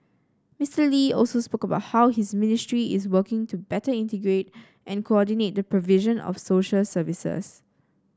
Mister Lee also spoke about how his ministry is working to better integrate and coordinate the provision of social services